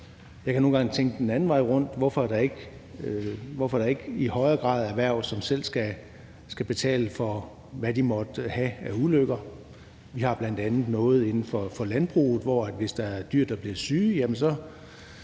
Jeg kan nogle gange tænke den anden vej rundt, altså hvorfor der ikke i højere grad er erhverv, som selv skal betale for, hvad de måtte have af ulykker. Vi har bl.a. noget inden for landbruget, hvor der, hvis der er dyr, der bliver syge, så